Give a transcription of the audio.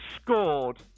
scored